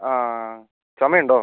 അതെ ചുമയുണ്ടോ